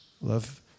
Love